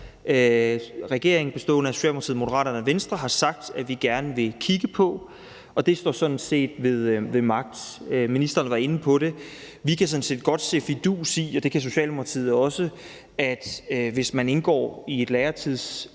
regering bestående af Socialdemokratiet, Moderaterne og Venstre har sagt at vi gerne vil kigge på, og det står sådan set ved magt. Ministeren var inde på det. Vi i Socialdemokratiet kan sådan set godt se en fidus i, at den læretid, man har, eller hvis man indgår i et